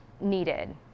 needed